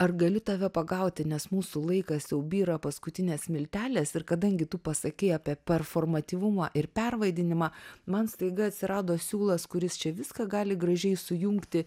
ar galiu tave pagauti nes mūsų laikas jau byra paskutinės smiltelės ir kadangi tu pasakei apie performatyvumą ir pervaidinimą man staiga atsirado siūlas kuris čia viską gali gražiai sujungti